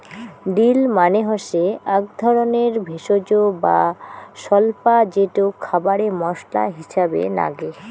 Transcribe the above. deal মানে হসে আক ধরণের ভেষজ বা স্বল্পা যেটো খাবারে মশলা হিছাবে নাগে